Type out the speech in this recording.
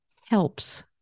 helps